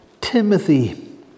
Timothy